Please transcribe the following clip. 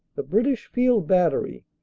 the british field battery,